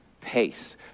pace